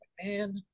Man